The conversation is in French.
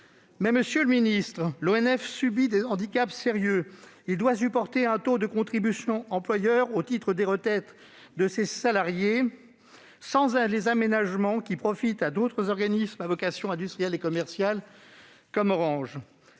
Monsieur le ministre, l'ONF subit des handicaps sérieux. Il doit supporter un taux de contribution employeur au titre des retraites de ses salariés, sans les aménagements qui profitent à d'autres organismes à vocation industrielle et commerciale, comme Orange.